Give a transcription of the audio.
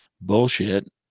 bullshit